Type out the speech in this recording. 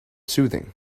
soothing